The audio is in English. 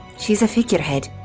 she's a figure head,